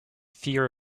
fear